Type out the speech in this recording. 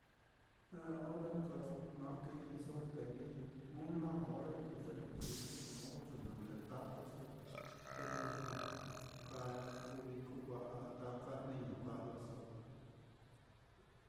ore nka na kijliso te lí una ore kuu ye lo kijliso, modo ye na ndetatuso, te lujua ka kuu vií kuu va'a, taka jniño kajalaso.